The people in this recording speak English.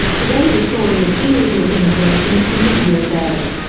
today, the story of illegal immigration in the usa.